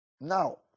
Now